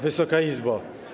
Wysoka Izbo!